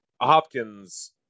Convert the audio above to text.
Hopkins